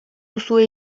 duzue